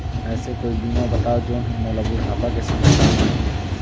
ऐसे कोई बीमा बताव जोन हर मोला बुढ़ापा के समय काम आही?